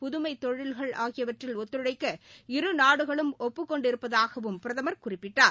புதுமை தொழில்கள் ஆகியவற்றில் ஒத்துழைக்க இருநாடுகளும் ஒப்புக் கொண்டிருப்பதாகவும் பிரதமர் குறிப்பிட்டார்